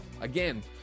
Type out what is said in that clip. again